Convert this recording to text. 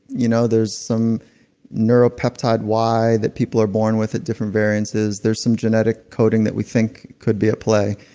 you know, there's some neuro peptide y that people are born with at different variances. there's some genetic coding that we think could be at play.